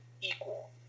equal